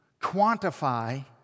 quantify